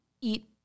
eat